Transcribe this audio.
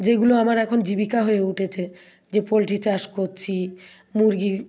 যেগুলো আমার এখন জীবিকা হয়ে উঠেছে যে পোলট্রি চাষ করছি মুরগি